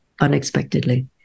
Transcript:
unexpectedly